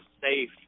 safe